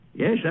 Yes